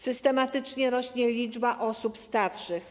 Systematycznie rośnie liczba osób starszych.